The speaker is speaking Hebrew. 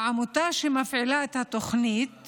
העמותה שמפעילה את התוכנית